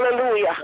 Hallelujah